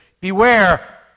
Beware